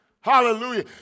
Hallelujah